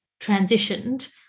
transitioned